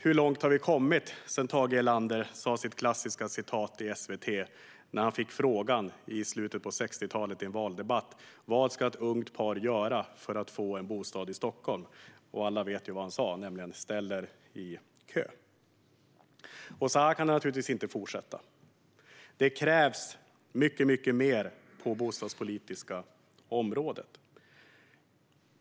Hur långt har vi alltså kommit sedan Tage Erlanders klassiska citat i tv när han i slutet på 60-talet i en valdebatt fick frågan om vad ett ungt par skulle göra för att få en bostad i Stockholm? Alla vet vad han svarade: Ställ er i kö! Så här kan det naturligtvis inte fortsätta. Det krävs mycket, mycket mer på det bostadspolitiska området.